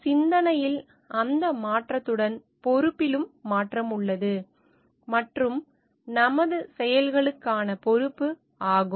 எனவே சிந்தனையில் அந்த மாற்றத்துடன் பொறுப்பிலும் மாற்றம் உள்ளது மற்றும் நமது செயல்களுக்கான பொறுப்பு ஆகும்